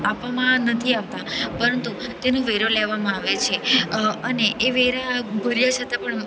આપવામાં નથી આવતાં પરંતુ તેનો વેરો લેવામાં આવે છે અને એ વેરા ભર્યા છતાં પણ